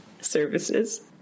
services